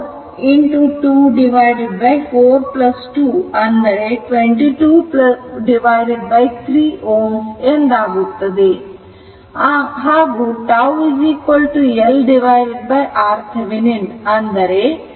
ಇದು 6 4 24 2 ಅಂದರೆ 223 Ω ಎಂದಾಗುತ್ತದೆ